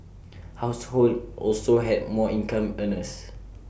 households also had more income earners